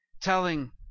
telling